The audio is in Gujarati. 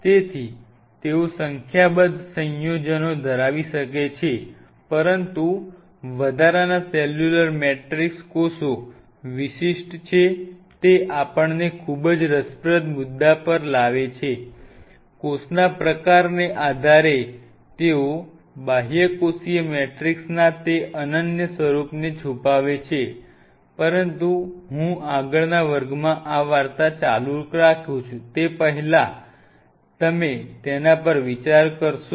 તેથી તેઓ સંખ્યાબંધ સંયોજનો ધરાવી શકે છે પરંતુ વધારાના સેલ્યુલર મેટ્રિક્સ કોષ વિશિષ્ટ છે તે આપણને ખૂબ જ રસપ્રદ મુદ્દા પર લાવે છે કોષના પ્રકારને આધારે તેઓ બાહ્યકોષીય મેટ્રિક્સના તે અનન્ય સ્વરૂપને છૂપાવે છે પરંતુ હું આગળના વર્ગમાં આ વાર્તા ચાલુ રાખું તે પહેલાં તમે તેના પર વિચાર કરો